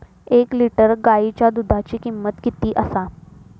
एक लिटर गायीच्या दुधाची किमंत किती आसा?